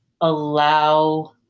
allow